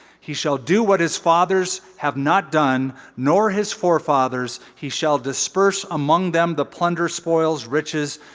he shall do what his fathers have not done nor his forefathers. he shall disperse among them the plunder, spoils, riches,